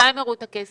מתי הם יראו את הכסף?